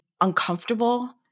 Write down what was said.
uncomfortable